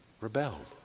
Rebelled